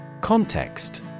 Context